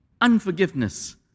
unforgiveness